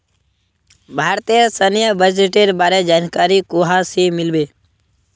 भारतेर सैन्य बजटेर बारे जानकारी कुहाँ से मिल बे